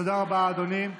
תודה רבה, אדוני.